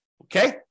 Okay